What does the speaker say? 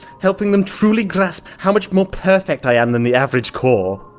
helping them truly grasp how much more perfect i am than the average core!